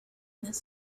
this